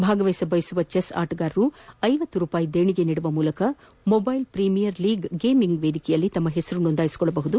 ಭಾಗವಹಿಸಬಯಸುವ chess ಆಟಗಾರರು ಐವತ್ತು ರೂಪಾಯಿ ದೇಣಿಗೆ ನೀಡುವ ಮೂಲಕ ಮೊದ್ಯೆಲ್ ಪ್ರೀಮಿಯರ್ ಲೀಗ್ ಗೇಮಿಂಗ್ ವೇದಿಕೆಯಲ್ಲಿ ತಮ್ಮ ಹೆಸರು ನೋಂದಾಯಿಸಿಕೊಳ್ಳಬಹುದು